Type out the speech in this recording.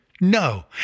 No